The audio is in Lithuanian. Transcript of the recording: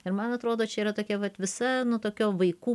ir man atrodo čia yra tokia vat visa nu tokia vaikų